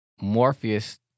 Morpheus